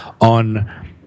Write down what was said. on